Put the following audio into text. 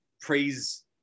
praise